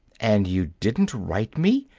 and you didn't write me!